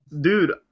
Dude